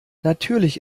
natürlich